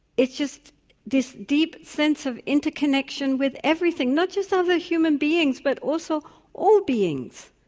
it's just this deep sense of interconnection with everything, not just other human beings but also all beings.